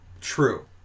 true